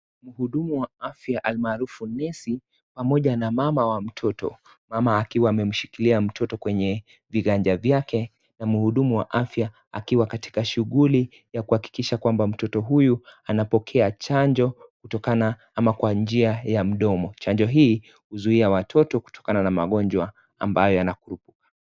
Muhudumu wa afya almaarufu nesi pamoja na mama wa mtoto, mama akiwa amemshikilia mtoto kwenye viganja vyake na mhudumu wa afya akiwa katika shughuli ya kuhakikisha ya kwamba mtoto huyu anapokea chanjo kutokana ama kwa njia ya mdomo, chanjo hii huzuia watoto hutokana na magonjwa ambayo yana.